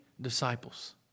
disciples